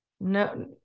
no